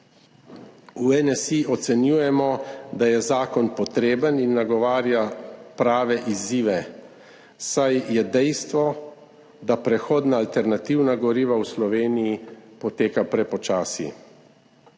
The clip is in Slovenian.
V NSi ocenjujemo, da je zakon potreben in nagovarja prave izzive, saj je dejstvo, da prehod na alternativna goriva v Sloveniji poteka prepočasi.